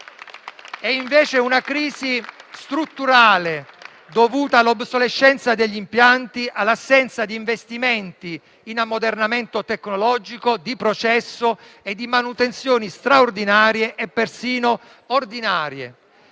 È invece una crisi strutturale, dovuta all'obsolescenza degli impianti, all'assenza di investimenti in ammodernamento tecnologico e di processo, di manutenzioni straordinarie e persino ordinarie;